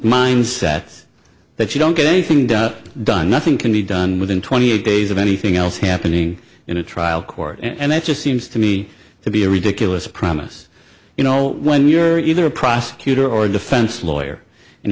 mindset that you don't get anything done done nothing can be done within twenty eight days of anything else happening in a trial court and that just seems to me to be a ridiculous promise you know when you're either a prosecutor or a defense lawyer and